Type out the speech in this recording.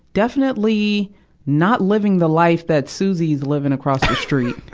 definitely not living the life that susie's living across the street.